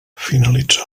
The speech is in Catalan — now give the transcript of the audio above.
finalitzà